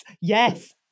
yes